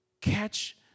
Catch